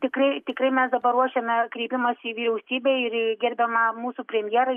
tikrai tikrai mes dabar ruošiame kreipimąsi į vyriausybę ir į gerbiamą mūsų premjerą